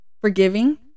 forgiving